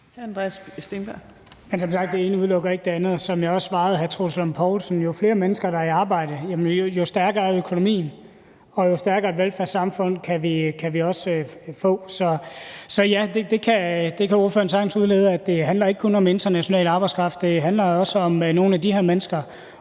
Troels Lund Poulsen, at jo flere mennesker, der er i arbejde, jo stærkere er økonomien, og jo stærkere et velfærdssamfund kan vi også få. Så ja, ordføreren kan sagtens udlede af det, at det ikke kun handler om international arbejdskraft; det handler også om nogle af de her mennesker